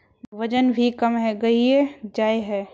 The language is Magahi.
वजन भी कम है गहिये जाय है?